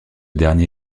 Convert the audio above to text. dernier